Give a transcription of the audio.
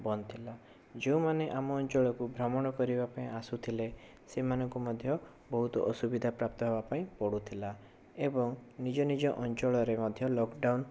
ବନ୍ଦ ଥିଲା ଯେଉଁମାନେ ଆମ ଅଞ୍ଚଳକୁ ଭ୍ରମଣ କରିବା ପାଇଁ ଆସୁଥିଲେ ସେମାନଙ୍କୁ ମଧ୍ୟ ବହୁତ ଅସୁବିଧା ପ୍ରାପ୍ତ ହେବା ପାଇଁ ପଡ଼ୁଥିଲା ଏବଂ ନିଜ ନିଜ ଅଞ୍ଚଳରେ ମଧ୍ୟ ଲକ ଡାଉନ